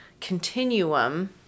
continuum